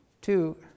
two